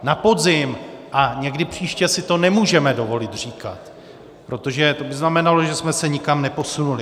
Na podzim a někdy příště si to nemůžeme dovolit říkat, protože to by znamenalo, že jsme se nikam neposunuli.